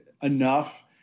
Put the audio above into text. enough